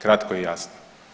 Kratko i jasno.